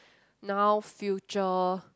now future